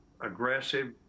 aggressive